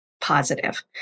positive